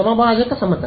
ಸಮಭಾಜಕ ಸಮತಲ